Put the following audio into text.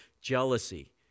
Jealousy